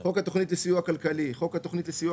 "חוק התוכנית לסיוע כלכלי" חוק התכנית לסיוע